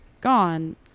gone